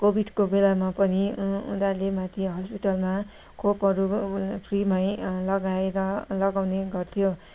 कोभिडको बेलामा पनि उनीहरूले माथि हस्पिटलमा खोपहरू फ्रीमै लगाएर लगाउने गर्थ्यो